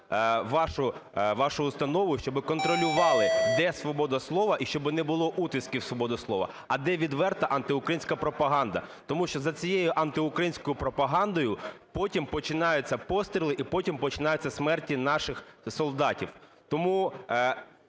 вашу установу, щоби контролювали, де свобода слова і щоби не було утисків свободи слова, а де відверта антиукраїнська пропаганда, тому що за цією антиукраїнською пропагандою потім починаються постріли і потім починаються смерті наших солдатів. Тому